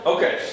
Okay